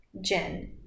Jen